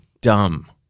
dumb